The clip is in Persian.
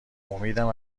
امیدم